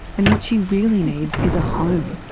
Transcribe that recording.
and what she really needs is a home.